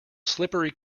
slippery